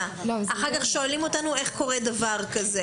ואחר-כך שואלים אותנו איך קורה דבר כזה?